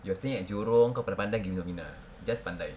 you are staying at jurong kau pandai pandai pergi novena just pandai